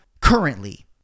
currently